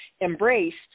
embraced